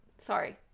Sorry